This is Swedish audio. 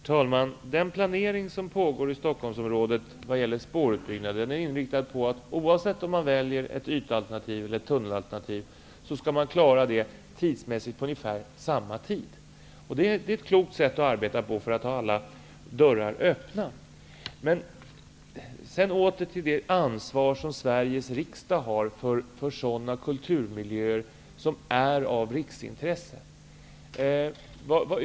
Herr talman! Den planering som pågår i Stockholmsområdet när det gäller spårutbyggnaden är inriktad på att oavsett om man väljer ett ytalternativ eller ett tunnelalternativ, skall man klara detta tidsmässigt på ungefär samma tid. Det är ett klokt sätt att arbeta på, därför att då håller man alla dörrar öppna. Jag vill återkomma till det ansvar som Sveriges riksdag har för sådana kulturmiljöer som är av riksintresse.